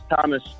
Thomas